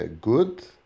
good